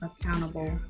accountable